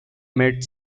made